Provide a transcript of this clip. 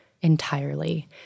entirely